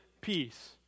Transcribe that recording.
Peace